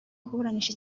kuburanisha